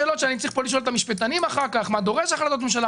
אלו שאלות שאני צריך לשאול את המשפטנים אחר כך מה דורש החלטות ממשלה,